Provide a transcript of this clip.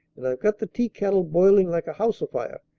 and i've got the teakettle boiling like a house afire,